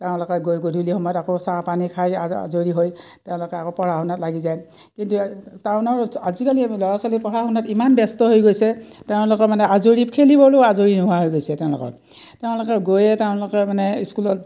তেওঁলোকে গৈ গধূলি সময়ত আকৌ চাহ পানী খাই আ আজৰি হৈ তেওঁলোকে আকৌ পঢ়া শুনাত লাগি যায় কিন্তু টাউনৰ আজিকালি ল'ৰা ছোৱালী পঢ়া শুনাত ইমান ব্যস্ত হৈ গৈছে তেওঁলোকৰ মানে আজৰি খেলিবলৈও আজৰি নোহোৱা হৈ গৈছে তেওঁলোকৰ তেওঁলোকে গৈয়ে তেওঁলোকে মানে স্কুলত